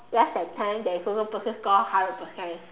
less than ten and there is also person score hundred percent